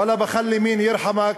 ולא בח'ל מן ירחמכ,